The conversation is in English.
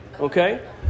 okay